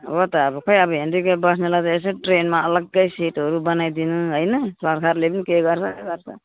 हो त अब खोइ अब हेन्डिकेप बस्नेलाई त यसो ट्रेनमा अलग्गै सिटहरू बनाइदिनु होइन सरकारले पनि के गर्छ गर्छ